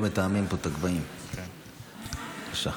בבקשה.